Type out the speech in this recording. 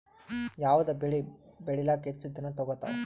ಯಾವದ ಬೆಳಿ ಬೇಳಿಲಾಕ ಹೆಚ್ಚ ದಿನಾ ತೋಗತ್ತಾವ?